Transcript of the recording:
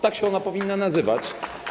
Tak się ona powinna nazywać.